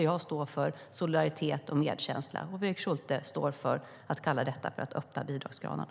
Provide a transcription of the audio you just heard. Jag står för solidaritet och medkänsla, men Fredrik Schulte kallar det för att öppna bidragskranarna.